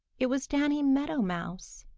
it was danny meadow mouse.